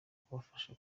kubafasha